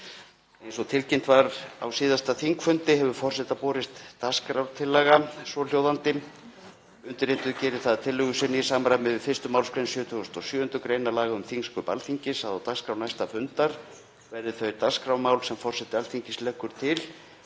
Eins og tilkynnt var á síðasta þingfundi hefur forseta borist dagskrártillaga, svohljóðandi: „Undirrituð gerir það að tillögu sinni, í samræmi við 1. mgr. 77. gr. laga um þingsköp Alþingis, að á dagskrá næsta fundar verði þau dagskrármál sem forseti Alþingis leggur til,